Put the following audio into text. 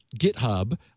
GitHub